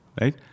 right